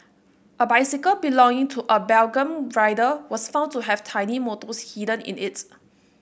a bicycle belonging to a Belgian rider was found to have tiny motors hidden in it